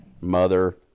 mother